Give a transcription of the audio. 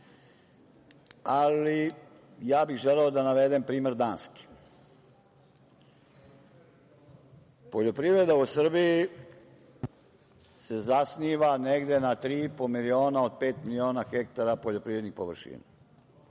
Ali, ja bih želeo da navedem primer Danske. Poljoprivreda u Srbiji se zasniva negde na 3,5 miliona od pet miliona hektara poljoprivrednih površina.